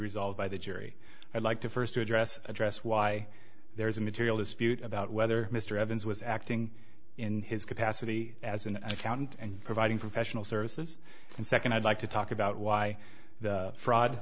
resolved by the jury i'd like to first address address why there is a material dispute about whether mr evans was acting in his capacity as an accountant and providing professional services and second i'd like to talk about why the